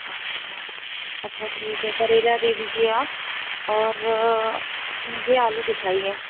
अच्छा अच्छा ठीक है करेला दे दीजिए आप और मुझे आलू दिखाइए